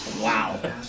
Wow